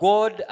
God